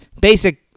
basic